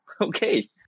okay